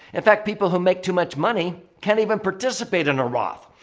in fact, people who make too much money can't even participate in a roth.